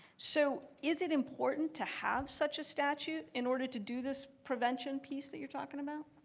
so is it important to have such a statute in order to do this prevention piece that you're talking about?